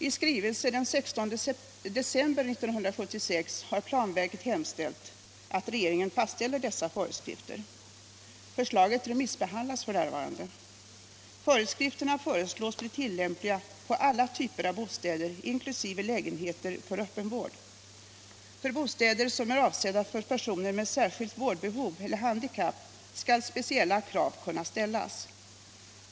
I skrivelse den 16 december 1976 har planverket hemställt att regeringen fastställer dessa föreskrifter. Förslaget remissbehandlas f. n. Föreskrifterna föreslås bli tillämpliga på alla typer av bostäder inkl. lägenheter för öppen vård. För bostäder som är avsedda för personer med särskilt vårdbehov eller handikapp skall speciella krav kunna ställas.